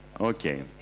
Okay